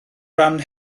ran